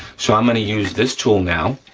so i'm gonna use this tool now,